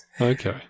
okay